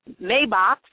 Maybox